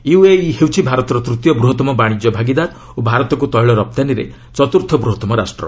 UAE ହେଉଛି ଭାରତର ତୂତୀୟ ବୃହତ୍ତମ ବାଣିଜ୍ୟ ଭାଗିଦାର ଓ ଭାରତକୁ ତେଳ ରପ୍ତାନୀରେ ଚତୁର୍ଥ ବୃହତ୍ତମ ରାଷ୍ଟ୍ର